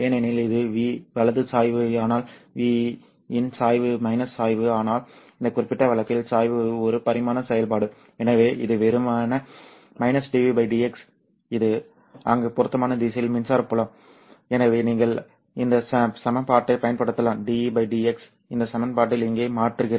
ஏனெனில் இது v வலது சாய்வு ஆனால் v இன் சாய்வு மைனஸ் சாய்வு ஆனால் இந்த குறிப்பிட்ட வழக்கில் சாய்வு ஒரு பரிமாண செயல்பாடு எனவே இது வெறுமனே -dv dx இது அங்கு பொருத்தமான திசையில் மின்சார புலம் எனவே நீங்கள் இந்த சமன்பாட்டைப் பயன்படுத்தலாம் dE dx இந்த சமன்பாட்டில் இங்கே மாற்றுகிறது